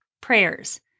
prayers